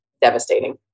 devastating